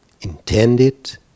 intended